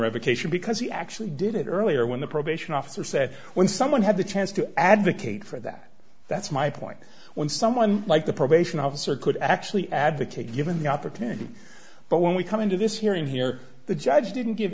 revocation because he actually did it earlier when the probation officer said when someone had the chance to advocate for that that's my point when someone like the probation officer could actually advocate given the opportunity but when we come into this hearing here the judge didn't give